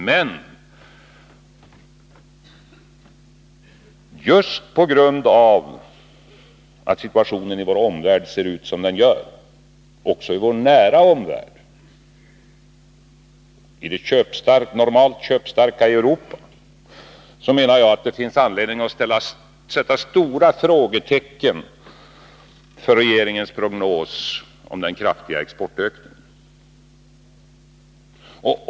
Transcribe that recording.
Men just på grund av att situationen i vår omvärld ser ut som den gör — också i vår nära omvärld i det normalt köpstarka Europa — menar jag att det finns anledning att sätta stora frågetecken när det gäller regeringens prognos om den kraftiga exportökningen.